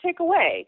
takeaway